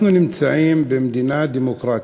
אנחנו נמצאים במדינה דמוקרטית,